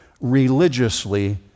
religiously